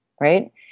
right